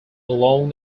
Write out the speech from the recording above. along